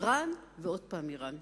אירן ועוד פעם אירן.